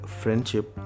friendship